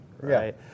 right